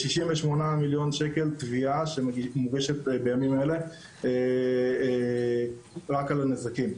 בימים אלה מוגשת תביעה של 68 מיליון שקלים רק על הנזקים.